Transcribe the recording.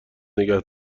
نگه